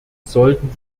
sollten